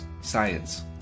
science